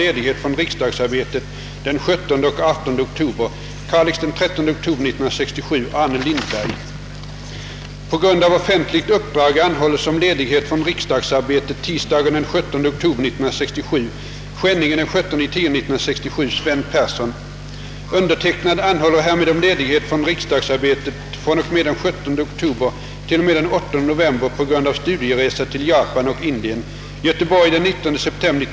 Särskilt för häktade innebär väntetiden med dess till tiden obestämda frihetsförlust en svår påfrestning, som är ägnad att hos dem vidmakthålla och förstärka en hatisk inställning mot samhället och sålunda direkt motverka den resocialisering, som i lagstiftningen eftersträvas. Vid ett måls slutliga avgörande kan det inträffa att den tilltalade ådöms en påföljd som ej står i proportion till det lidande han redan åsamkats genom väntetiden. I undantagsfall kan det till och med inträffa att frikännade dom slutligen meddelas. Om vederbörande är i behov av psykiatrisk vård är det givetvis högst olämpligt att han under månader förvaras på en fångvårdsanstalts häktesavdelning.